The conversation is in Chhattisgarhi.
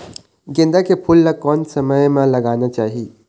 गेंदा के फूल ला कोन समय मा लगाना चाही?